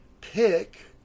pick